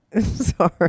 Sorry